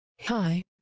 Hi